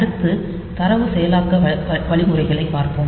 அடுத்து தரவு செயலாக்க வழிமுறைகளைப் பார்ப்போம்